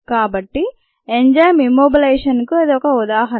కాబట్టి enzyme immobilisation కు ఇది ఒక ఉదాహరణ